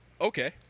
Okay